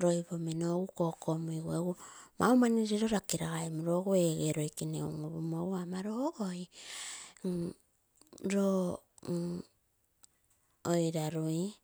loi pomino egu kokomuigu egu maumani remino rakiragai muroo egu ege loikene un upumo egu amano ogoi loo oiralui.